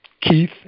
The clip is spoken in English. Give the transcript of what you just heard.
Keith